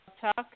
talk